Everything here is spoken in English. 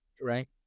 right